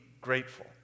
grateful